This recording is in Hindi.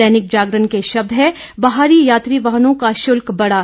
दैनिक जागरण के शब्द हैं बाहरी यात्री वाहनों का शुल्क बढ़ा